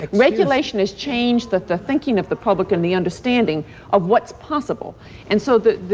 ah regulation has changed the the thinking of the public and the understanding of what's possible and so the,